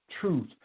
truth